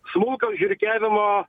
smūgio žiurkiavimo